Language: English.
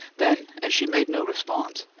then as she made no response,